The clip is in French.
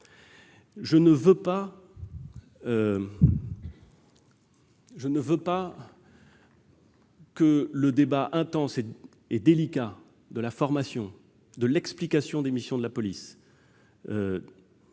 Je ne veux pas que le débat intense et délicat de la formation, de l'explication des missions de la police,